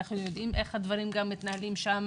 אנחנו יודעים איך הדברים מתנהלים שם